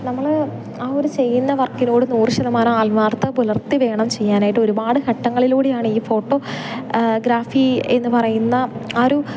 നമ്മൾ ആ ഒരു ചെയ്യുന്ന വർക്കിനോട് നൂറ് ശതമാനം ആത്മാർത്ഥത പുലർത്തി വേണം ചെയ്യാനായിട്ട് ഒരുപാട് ചട്ടങ്ങളിലൂടെയാണ് ഈ ഫോട്ടോ ഗ്രാഫി എന്നു പറയുന്ന ആ ഒരു